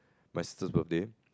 my sister's birthday